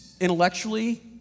intellectually